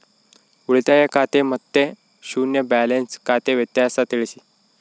ಉಳಿತಾಯ ಖಾತೆ ಮತ್ತೆ ಶೂನ್ಯ ಬ್ಯಾಲೆನ್ಸ್ ಖಾತೆ ವ್ಯತ್ಯಾಸ ತಿಳಿಸಿ?